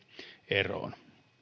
eroon